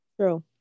true